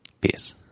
peace